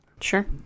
sure